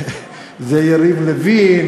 זה יריב לוין,